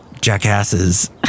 jackasses